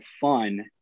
fun